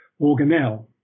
organelle